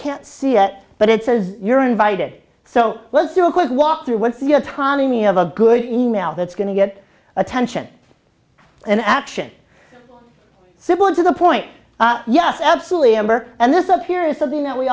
can't see it but it says you're invited so let's do a quick walk through what's the autonomy of a good e mail that's going to get attention and action simple to the point yes absolutely amber and this up here is something that we